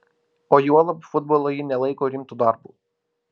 o juolab futbolo ji nelaiko rimtu darbu